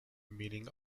meaning